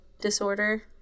disorder